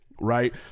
Right